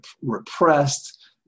repressed